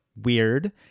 Weird